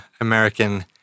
American